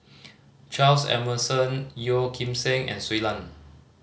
Charles Emmerson Yeo Kim Seng and Shui Lan